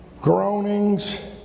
groanings